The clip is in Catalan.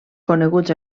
coneguts